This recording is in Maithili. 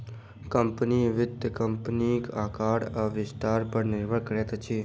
कम्पनी, वित्त कम्पनीक आकार आ विस्तार पर निर्भर करैत अछि